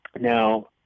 Now